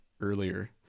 earlier